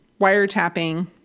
wiretapping